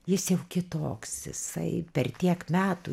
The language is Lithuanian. jis jau kitoks jisai per tiek metų